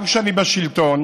גם כשאני בשלטון,